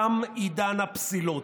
תם עידן הפסילות.